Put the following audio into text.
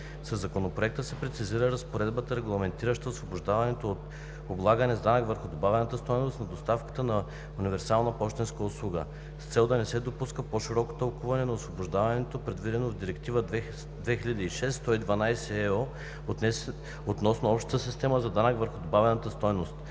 Със Законопроекта се прецизира разпоредбата, регламентираща освобождаване от облагане с данък върху добавената стойност на доставката на „универсална пощенска услуга“, с цел да не се допуска по-широко тълкуване на освобождаването, предвиденото в Директива 2006/112/ЕО относно общата система за данъка върху добавената стойност.